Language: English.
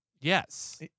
Yes